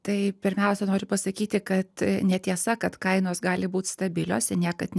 tai pirmiausia noriu pasakyti kad netiesa kad kainos gali būt stabilios niekad